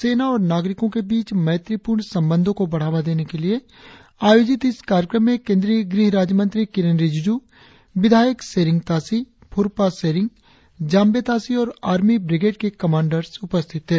सेना और नागरिकों के बीच मैत्रीपूर्ण संबंधों को बढ़ावा देने के लिए आयोजित इस कार्यक्रम में केन्द्रीय गृह राज्यमंत्री किरेन रिजिजु विधायक शेरिंग ताशी फुरपा शेरिंग जांबे ताशी और आर्मी ब्रिगेड के कमांडर्स उपस्थित थे